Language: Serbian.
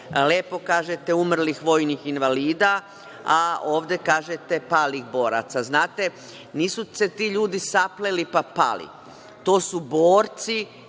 lepo kažete umrlih vojnih invalida, a ovde kažete palih boraca. Znate, nisu se ti ljudi sapleli, pa pali, to su borci